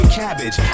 cabbage